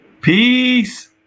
Peace